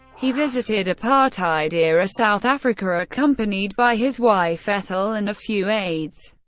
he visited apartheid-era south africa accompanied by his wife, ethel, and a few aides.